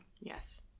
Yes